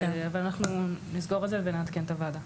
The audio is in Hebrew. אנחנו נסגור את זה ונעדכן את הוועדה.